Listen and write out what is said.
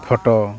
photo